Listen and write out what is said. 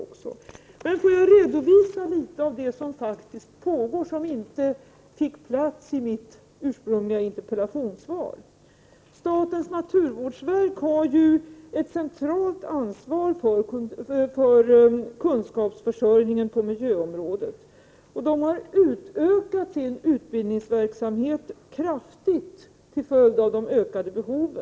Jag vill redovisa något om det arbete som faktiskt pågår. Jag fick inte plats för detta i mitt interpellationssvar. Statens naturvårdsverk har ett centralt ansvar för kunskapsförsörjningen på miljöområdet. Naturvårdsverket har utökat sin utbildningsverksamhet kraftigt till följd av de ökade behoven.